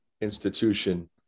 institution